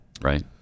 right